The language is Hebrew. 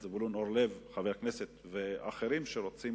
חבר הכנסת זבולון אורלב ואחרים שרוצים